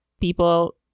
people